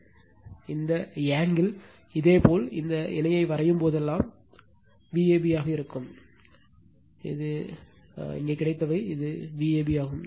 எனவே இந்த ஆங்கிள் இதேபோல் இந்த இணையை வரையும்போதெல்லாம் இது இதேபோல் Vab ஆக இருக்கும் இதேபோல் இங்கே கிடைத்தவை இது வி ஏபி ஆகும்